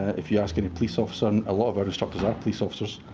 if you ask any police officer, and a lot of our instructors are police officers,